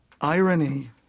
irony